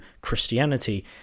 Christianity